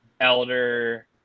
Elder